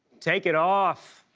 take it off.